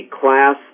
class